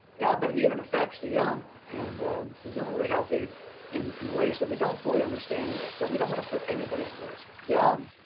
yeah but it even affects the young and presumably healthy in in ways we don't fully understand yet so we don't want to put anybody at risk. young,